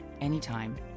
anytime